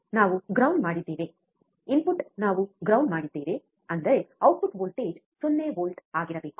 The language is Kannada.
ನಾವು ಗ್ರೌಂಡ್ ಮಾಡಿದ್ದೇವೆ ಇನ್ಪುಟ್ ನಾವು ಗ್ರೌಂಡ್ ಮಾಡಿದ್ದೇವೆ ಅಂದರೆ ಔಟ್ಪುಟ್ ವೋಲ್ಟೇಜ್ 0 ವೋಲ್ಟ್ ಆಗಿರಬೇಕು